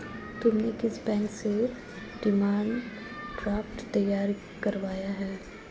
तुमने किस बैंक से डिमांड ड्राफ्ट तैयार करवाया है?